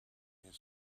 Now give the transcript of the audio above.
his